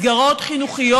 מסגרות חינוכיות.